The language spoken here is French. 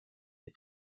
les